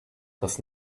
does